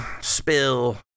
spill